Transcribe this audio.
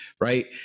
right